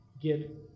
get